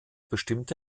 bestimmte